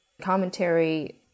commentary